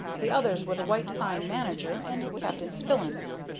the others were the white pine manager and captain spillins.